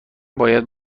باید